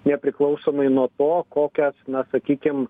nepriklausomai nuo to kokią na sakykim